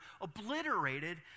obliterated